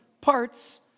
parts